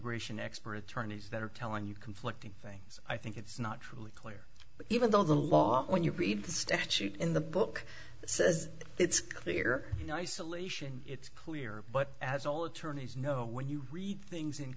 gratian expert attorneys that are telling you conflicting things i think it's not really clear but even though the law when you read the statute in the book says it's clear nice elation it's clear but as all attorneys know when you read things